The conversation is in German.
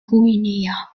guinea